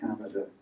Canada